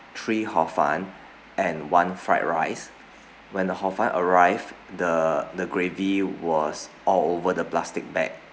three hor fun and one fried rice when the hor fun arrived the the gravy was all over the plastic bag